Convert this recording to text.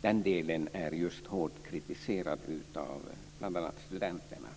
Den delen är ju hårt kritiserad av bl.a. studenterna.